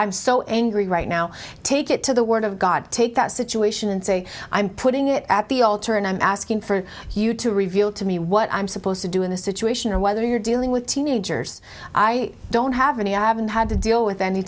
i'm so angry right now take it to the word of god take that situation and say i'm putting it at the altar and i'm asking for you to reveal to me what i'm supposed to do in a situation and whether you're dealing with teenagers i don't have any i haven't had to deal with any